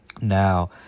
Now